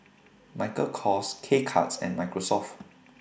Michael Kors K Cuts and Microsoft